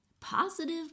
positive